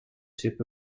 tip